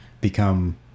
become